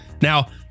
Now